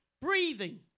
breathing